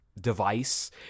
device